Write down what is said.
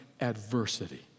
adversity